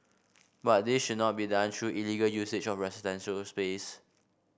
but this should not be done through illegal usage of residential space